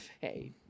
Hey